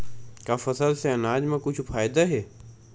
का फसल से आनाज मा कुछु फ़ायदा हे?